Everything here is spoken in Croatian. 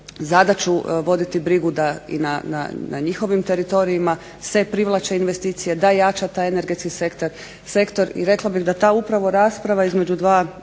zadaću voditi brigu da i na njihovim teritorijima se privlače investicije, da jača taj energetski sektor i rekla bih da ta upravo rasprava između dva